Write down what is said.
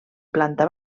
planta